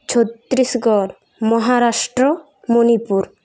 Chhattisgarh Maharashtra Manipur